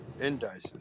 indices